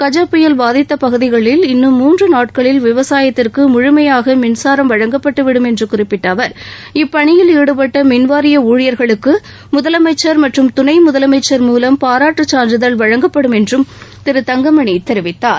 கஜ புயல் பாதித்தப் பகுதிகளில் இன்னும் மூன்று நாட்களில் விவசாயத்திற்கு முழுமையாக மின்சாரம் வழங்கப்பட்டுவிடும் என்று குறிப்பிட்ட அவர் இப்பணியில் ஈடுபட்ட மின்வாரிய ஊழியர்களுக்கு முதலமைச்சர் மற்றும் துணை முதலமைச்சர் மூலம் பாராட்டு சான்றிதழ் வழங்கப்படும் என்றும் திரு தங்கமணி தெரிவித்தார்